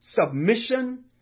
submission